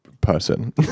person